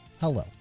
hello